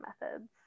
methods